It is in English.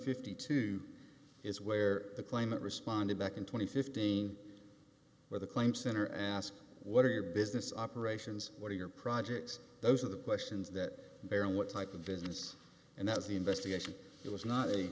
fifty two is where the climate responded back in twenty fifteen where the claim center and ask what are your business operations what are your projects those are the questions that they are and what type of business and that's the investigation it was not a